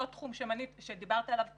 אותו תחום שדיברת עליו קודם,